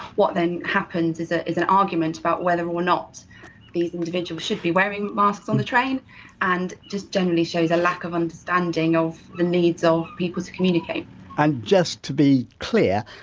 what then happened is ah is an argument about whether or not these individuals should be wearing masks on the train and just generally shows a lack of understanding of the needs of people to communicate and just to be clear,